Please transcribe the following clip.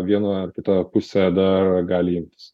viena ar kita pusė dar gali imtis